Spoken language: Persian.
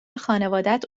خانوادت